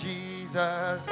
Jesus